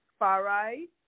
Farai